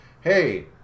Hey